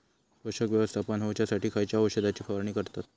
पोषक व्यवस्थापन होऊच्यासाठी खयच्या औषधाची फवारणी करतत?